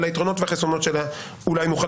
על היתרונות והחסרונות שלה אולי נוכל